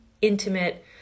intimate